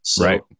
Right